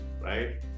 Right